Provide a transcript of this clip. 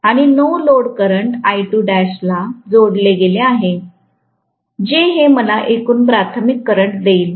आणि no load करंटला जोडले गेले आहे जे हे मला एकूण प्राथमिक करंट देईल